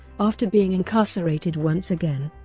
after being incarcerated once again,